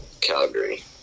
Calgary